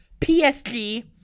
PSG